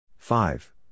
Five